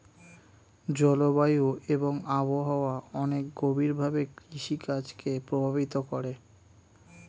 জলবায়ু এবং আবহাওয়া অনেক গভীরভাবে কৃষিকাজ কে প্রভাবিত করে